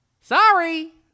Sorry